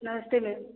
नमस्ते मेम